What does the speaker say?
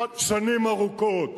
שנים ארוכות.